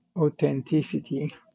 authenticity